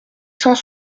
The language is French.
cent